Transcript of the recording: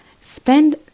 spend